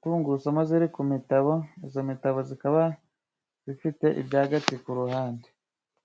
tungurusumu ziri ku imitabo izo mitabo zikaba zifite ibyagati ku ruhande.